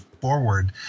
forward